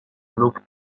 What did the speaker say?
look